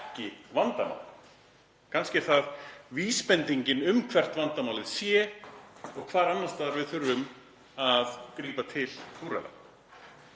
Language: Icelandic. ekki vandamál. Kannski er hann vísbendingin um það hvert vandamálið er og hvar annars staðar við þurfum að grípa til úrræða.